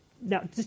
Now